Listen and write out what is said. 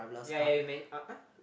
ya you manage uh uh